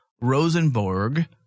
Rosenborg